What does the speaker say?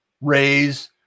raise